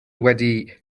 wedi